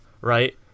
right